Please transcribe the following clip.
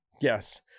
Yes